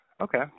Okay